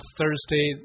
Thursday